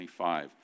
25